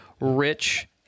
rich